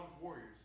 warriors